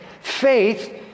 faith